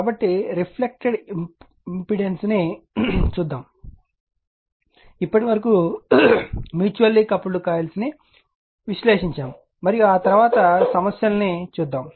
కాబట్టి reflected impedance ను చూద్దాము ఇప్పటివరకు మ్యూచువల్లి కపుల్డ్ కాయిల్ ను విశ్లేషించాము మరియు ఆ తరువాత సమస్యలను చూద్దాము